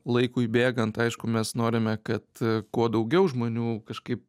laikui bėgant aišku mes norime kad kuo daugiau žmonių kažkaip